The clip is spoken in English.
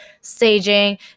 staging